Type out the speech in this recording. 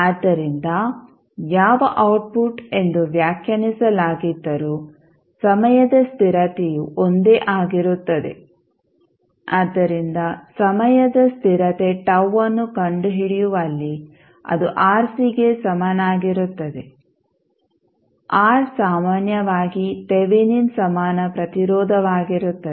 ಆದ್ದರಿಂದ ಯಾವ ಔಟ್ಪುಟ್ ಎಂದು ವ್ಯಾಖ್ಯಾನಿಸಲಾಗಿದ್ದರೂ ಸಮಯದ ಸ್ಥಿರತೆಯು ಒಂದೇ ಆಗಿರುತ್ತದೆ ಆದ್ದರಿಂದ ಸಮಯದ ಸ್ಥಿರತೆ τ ಅನ್ನು ಕಂಡುಹಿಡಿಯುವಲ್ಲಿ ಅದು RC ಗೆ ಸಮನಾಗಿರುತ್ತದೆ R ಸಾಮಾನ್ಯವಾಗಿ ತೆವೆನಿನ್ ಸಮಾನ ಪ್ರತಿರೋಧವಾಗಿರುತ್ತದೆ